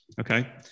Okay